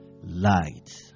light